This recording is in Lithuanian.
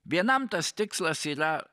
vienam tas tikslas yra